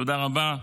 תודה רבה.